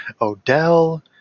Odell